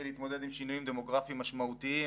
להתמודד עם שינויים דמוגרפיים משמעותיים,